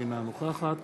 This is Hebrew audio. אינה נוכחת